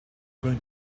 going